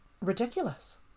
ridiculous